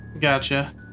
Gotcha